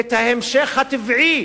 את ההמשך הטבעי